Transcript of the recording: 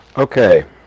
Okay